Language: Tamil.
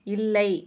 இல்லை